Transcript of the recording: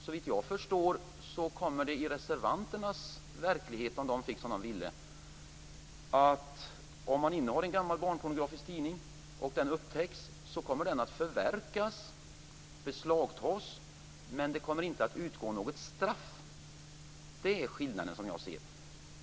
Såvitt jag förstår kommer det även i reservanternas verklighet, om de fick som de ville, att vara så, att om man innehar en barnpornografisk tidning och det upptäcks kommer den att förverkas, dvs. beslagtas, men det kommer inte att utgå något straff. Det är, som jag ser det, skillnaden.